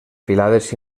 filades